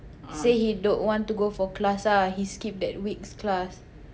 say he don't want to go for class ah he skip that week's class